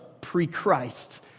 pre-Christ